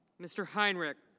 mr. heinrich.